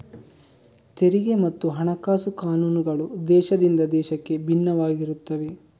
ತೆರಿಗೆ ಮತ್ತು ಹಣಕಾಸು ಕಾನೂನುಗಳು ದೇಶದಿಂದ ದೇಶಕ್ಕೆ ಭಿನ್ನವಾಗಿರುತ್ತವೆ